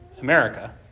America